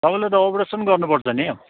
तपाईँले त अप्रेसन गर्नुपर्छ नि हो